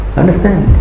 understand